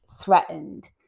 threatened